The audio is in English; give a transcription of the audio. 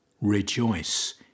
rejoice